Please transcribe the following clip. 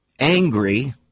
angry